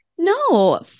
No